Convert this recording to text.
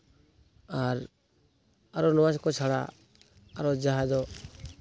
ᱟᱨ ᱟᱨᱚ ᱱᱚᱣᱟ ᱠᱚ ᱪᱷᱟᱲᱟ ᱟᱨᱚ ᱡᱟᱦᱟᱸ ᱫᱚ